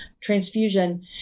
transfusion